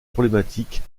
problématiques